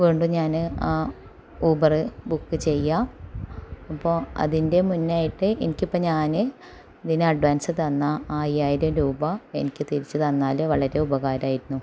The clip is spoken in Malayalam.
വീണ്ടും ഞാന് ആ ഊബറ് ബുക്ക് ചെയ്യാം അപ്പോൾ അതിൻ്റെ മുന്നായിട്ട് എനിക്കിപ്പോൾ ഞാന് ഇതിന് അഡ്വാൻസ് തന്ന ആ അയ്യായിരം രൂപ എനിക്ക് തിരിച്ച് തന്നാല് വളരെ ഉപകാരമായിരുന്നു